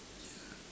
yeah